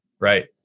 Right